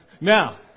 Now